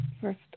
first –